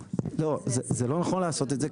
זה לא נכון לעשות את זה,